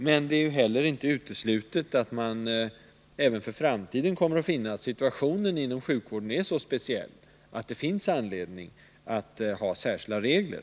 Men det är heller inte uteslutet att det även för framtiden kommer att visa sig, att situationen inom sjukvården är så speciell att det finns anledning att ha särskilda regler.